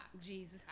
Jesus